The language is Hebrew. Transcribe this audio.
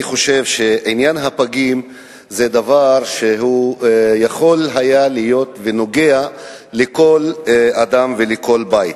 אני חושב שעניין הפגים זה דבר שיכול להיות שהוא נוגע לכל אדם ולכל בית.